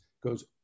goes